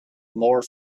more